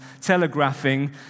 telegraphing